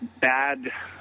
bad